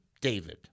David